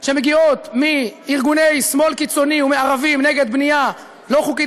שמגיעות מארגוני שמאל קיצוני ומערבים נגד בנייה לא חוקית,